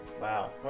Wow